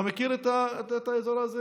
אתה מכיר את האזור הזה?